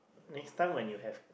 next time when you have